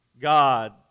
God